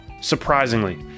surprisingly